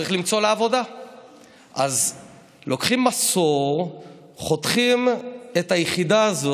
להיות אחראים לגורל המדינה ואזרחיה אם אתם מפחדים לקחת אחריות?